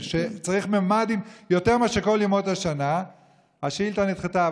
כשצריך ממ"דים יותר מאשר בכל ימות השנה השאילתה נדחתה.